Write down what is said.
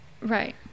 Right